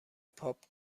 پاپ